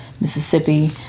Mississippi